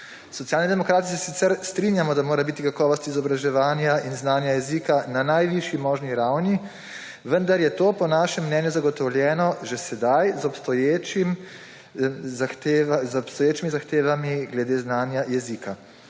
Socialni demokrati se sicer strinjamo, da mora biti kakovost izobraževanja in znanja jezika na najvišji možni ravni, vendar je to po našem mnenju zagotovljeno že sedaj z obstoječimi zahtevami glede znanja jezika.